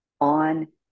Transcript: on